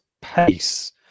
pace